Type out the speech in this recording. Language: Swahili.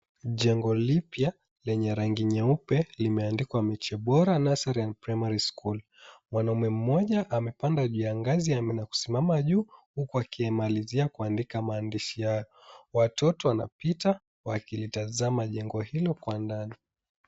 Jengo lipya lenye rangi nyeupe limeandikwa MECHI BORA NURSERY AND PRIMARY SCHOOL. Mwanaume mmoja amepanda juu ya ngazi na amesimama juu huku akimalizia kuandika maandishi hayo. Watoto wanapita wakilitazama jengo hilo kwa ndani.